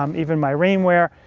um even my rain wear.